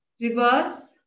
Reverse